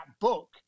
book